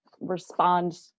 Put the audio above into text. respond